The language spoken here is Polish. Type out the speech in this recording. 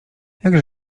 jakże